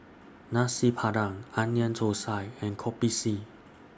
Nasi Padang Onion Thosai and Kopi C